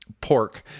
pork